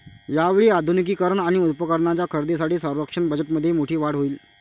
यावेळी आधुनिकीकरण आणि उपकरणांच्या खरेदीसाठी संरक्षण बजेटमध्ये मोठी वाढ होईल